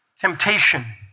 temptation